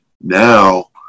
now